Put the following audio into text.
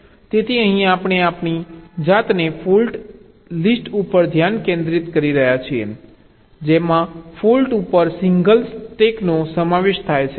તેથી અહીં આપણે આપણી જાતને ફોલ્ટ લિસ્ટ ઉપર ધ્યાન કેન્દ્રિત કરી રહ્યા છીએ જેમાં ફોલ્ટ ઉપર સિંગલ સ્ટેકનો સમાવેશ થાય છે